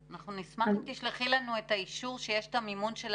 אנחנו נשמח שתשלחי לנו את האישור שיש את המימון של